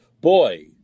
boy